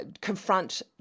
confront